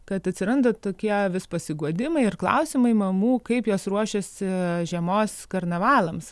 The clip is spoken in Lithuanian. kad atsiranda tokie vis pasiguodimai ir klausimai mamų kaip jos ruošiasi žiemos karnavalams